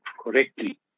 correctly